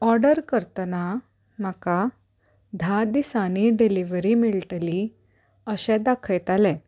order करतना म्हाका धा दिसांनी डिलिवरी मेळटली अशें दाखयतालें